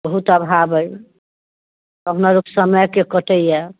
बहुत अभाव अइ कहुना लोक समयके कटैया